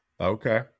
okay